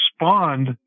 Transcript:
respond